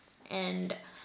and